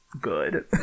good